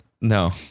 No